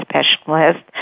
specialist